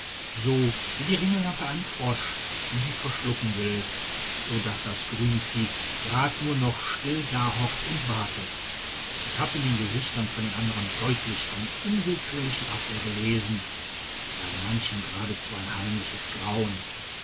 so wie die ringelnatter einen frosch den sie verschlucken will so daß das grüne vieh gerad nur noch still dahockt und wartet ich hab in den gesichtern von den andern deutlich eine unwillkürliche abwehr gelesen bei manchem geradezu ein heimliches grauen